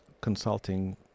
consulting